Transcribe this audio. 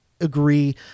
agree